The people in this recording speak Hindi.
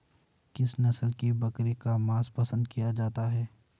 किस नस्ल की बकरी का मांस पसंद किया जाता है?